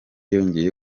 yongeye